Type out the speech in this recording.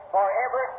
Forever